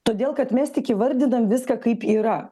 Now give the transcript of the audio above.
todėl kad mes tik įvardinam viską kaip yra